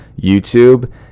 YouTube